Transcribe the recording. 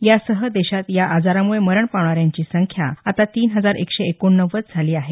यासह देशात या आजारामुळे मरण पावणाऱ्यांची संख्या आता तीन हजार एकशे एकोण नव्वद झाली आहे